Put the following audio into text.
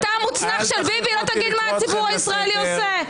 אתה המוצנח של ביבי לא תגיד מה הציבור הישראלי עושה.